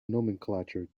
nomenclature